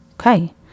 okay